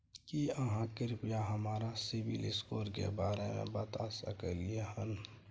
की आहाँ कृपया हमरा सिबिल स्कोर के बारे में बता सकलियै हन?